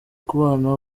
kubana